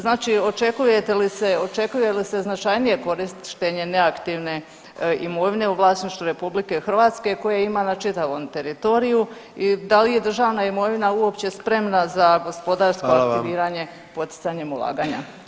Znači, očekujete li se, očekuje li se značajnije korištenje neaktivne imovine u vlasništvu RH koje ima na čitavom teritoriju i da li je državna imovina uopće spremna za gospodarsko [[Upadica: Hvala vam.]] aktiviranje poticanjem ulaganja?